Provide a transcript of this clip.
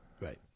right